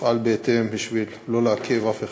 ואני אפעל בהתאם בשביל לא לעכב אף אחד.